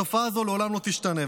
התופעה לעולם לא תשתנה.